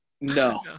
No